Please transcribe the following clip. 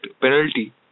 penalty